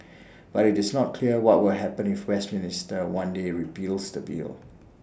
but IT is not clear what will happen if Westminster one day repeals the bill